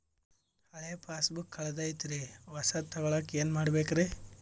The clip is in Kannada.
ಹಳೆ ಪಾಸ್ಬುಕ್ ಕಲ್ದೈತ್ರಿ ಹೊಸದ ತಗೊಳಕ್ ಏನ್ ಮಾಡ್ಬೇಕರಿ?